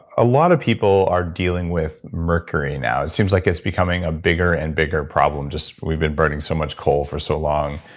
a lot of people are dealing with mercury now. it seems like it's becoming a bigger and bigger problem. we've been burning so much coal for so long.